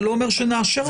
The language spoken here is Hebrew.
זה לא אומר שנאשר את זה.